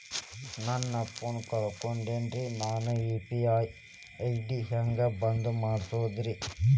ನನ್ನ ಫೋನ್ ಕಳಕೊಂಡೆನ್ರೇ ನನ್ ಯು.ಪಿ.ಐ ಐ.ಡಿ ಹೆಂಗ್ ಬಂದ್ ಮಾಡ್ಸೋದು?